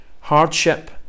hardship